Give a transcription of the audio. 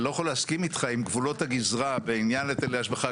אני לא יכול להסכים איתך עם גבולות הגזרה בעניין היטלי השבחה,